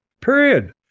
period